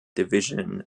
division